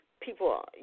people